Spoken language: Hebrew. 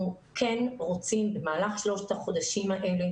אנחנו כן רוצים במהלך שלושת החודשים האלה